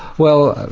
well,